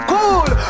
Cool